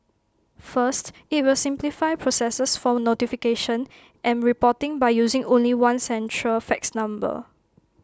first IT will simplify processes for notification and reporting by using only one central fax number